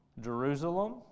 Jerusalem